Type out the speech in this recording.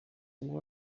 war